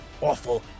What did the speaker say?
awful